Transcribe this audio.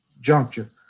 juncture